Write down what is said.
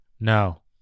No